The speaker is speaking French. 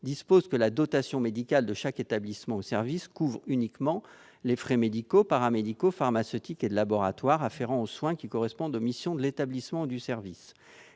dispose que la dotation médicale de chaque établissement ou service couvre uniquement les frais médicaux, paramédicaux, pharmaceutiques et de laboratoire afférents aux soins qui correspondent aux missions de l'établissement ou du service.